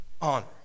honor